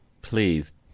please